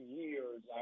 years